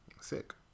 sick